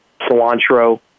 cilantro